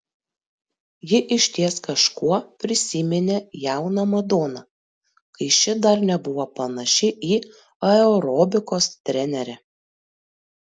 ji išties kažkuo prisiminė jauną madoną kai ši dar nebuvo panaši į aerobikos trenerę